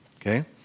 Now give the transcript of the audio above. Okay